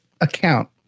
account